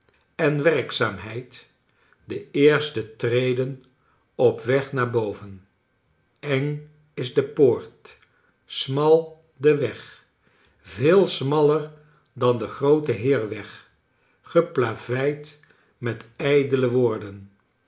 en werkzaamheid de eerste treden op den weg naar boven eng is de poort smal de w t eg veel smaller dan de groote heir weg geplaveid met ijdele woorden